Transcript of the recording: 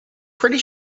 pretty